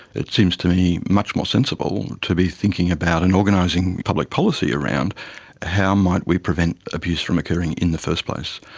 it seems to me much more sensible to be thinking about and organising public policy around how might we prevent abuse from occurring in the first place.